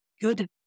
good